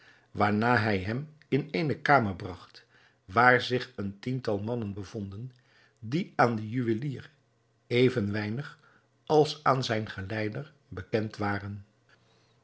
waarna hij hem in eene kamer bragt waar zich een tiental mannen bevonden die aan den juwelier even weinig als zijn geleider bekend waren